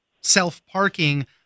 self-parking